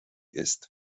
ist